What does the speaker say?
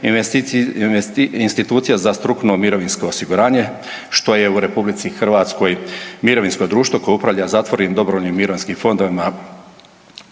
institucija za strukovno mirovinsko osiguranje što je u RH mirovinsko društvo koje upravlja zatvorenim dobrovoljnim mirovinskim fondovima